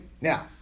now